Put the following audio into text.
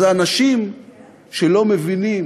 אז האנשים שלא מבינים